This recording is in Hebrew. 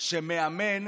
שמאמן